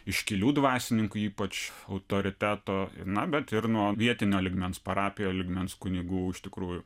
iškilių dvasininkų ypač autoriteto na bet ir nuo vietinio lygmens parapijo lygmens kunigų iš tikrųjų